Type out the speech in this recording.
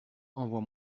envoie